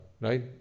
right